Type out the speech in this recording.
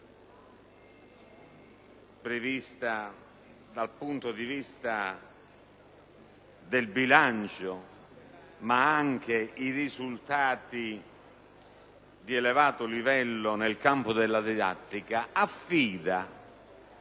prevista dal punto di vista del bilancio ma anche i risultati di elevato livello nel campo della didattica), affida